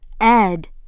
ed